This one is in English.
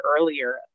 earlier